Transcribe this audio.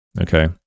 okay